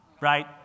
right